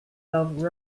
love